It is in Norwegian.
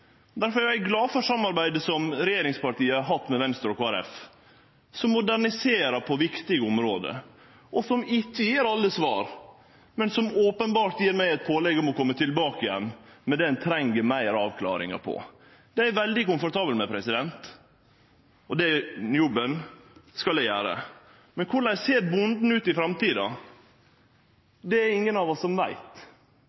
er eg glad for samarbeidet som regjeringspartia har hatt med Venstre og Kristeleg Folkeparti, som moderniserer på viktige område, og som ikkje gjev alle svar, men som openbert gjev meg eit pålegg om å kome tilbake igjen med det ein treng meir avklaring av. Det er eg veldig komfortabel med, og den jobben skal eg gjere. Men korleis ser bonden ut i framtida?